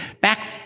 Back